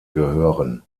gehören